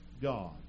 God